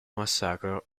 massacro